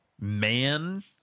man